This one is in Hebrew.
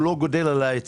הוא לא גדל על העצים.